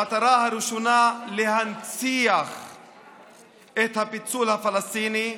המטרה הראשונה, להנציח את הפיצול הפלסטיני,